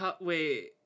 Wait